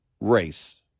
race